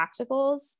practicals